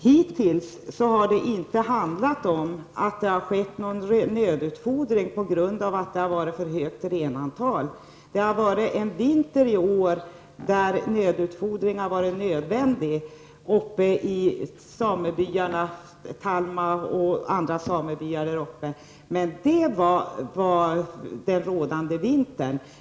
Hittills har det inte skett någon nödutfodring på grund av för högt renantal -- den nödutfodring som var nödvändig i år i Talma och andra samebyar berodde på den rådande vintern.